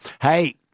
Hey